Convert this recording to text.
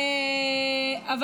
היא נותנת תמיכה, מעבירים.